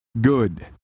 good